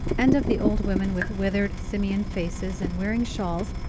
and of the old women with withered, simian faces and wearing shawls,